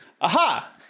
aha